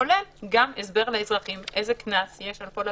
כולל גם הסבר לאזרחים איזה קנס יש על כל עבירה.